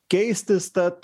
keistis tad